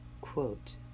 quote